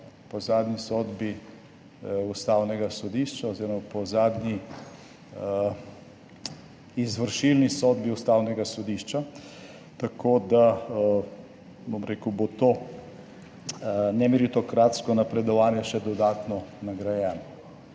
po zadnji sodbi Ustavnega sodišča oziroma po zadnji izvršilni sodbi Ustavnega sodišča, tako da bo to nemeritokratsko napredovanje še dodatno nagrajeno.